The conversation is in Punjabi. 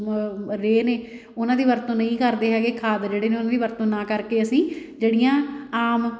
ਰੇਅ ਨੇ ਉਹਨਾਂ ਦੀ ਵਰਤੋਂ ਨਹੀਂ ਕਰਦੇ ਹੈਗੇ ਖਾਦ ਜਿਹੜੇ ਨੇ ਉਹਨਾਂ ਦੀ ਵਰਤੋਂ ਨਾ ਕਰਕੇ ਅਸੀਂ ਜਿਹੜੀਆਂ ਆਮ